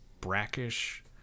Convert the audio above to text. brackish